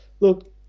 Look